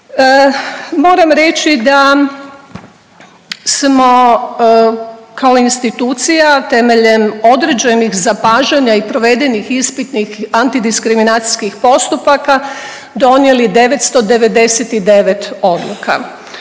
Moram reći da smo kao institucija temeljem određenih zapažanja i provedenih ispitnih antidiskriminacijskih postupaka donijeli 999 odluka